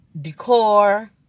Decor